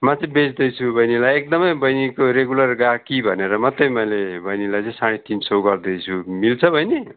मा चाहिँ बेच्दैछु बहिनीलाई एकदमै बहिनीको रेगुलर गाहकी भनेर मात्रै मैले बहिनीलाई चाहिँ साँढे तिन सय गर्दैछु मिल्छ बहिनी